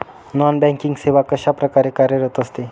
Non banking सेवा कशाप्रकारे कार्यरत असते?